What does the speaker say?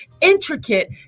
intricate